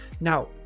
Now